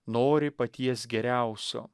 nori paties geriausio